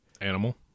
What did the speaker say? animal